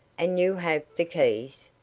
and you have the keys?